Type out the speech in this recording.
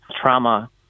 trauma